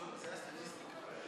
זאת הסטטיסטיקה?